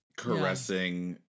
Caressing